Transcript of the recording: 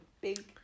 big